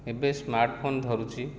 ଏବେ ସ୍ମାର୍ଟଫୋନ ଧରୁଛି